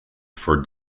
for